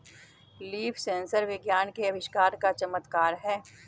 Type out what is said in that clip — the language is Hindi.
लीफ सेंसर विज्ञान के आविष्कार का चमत्कार है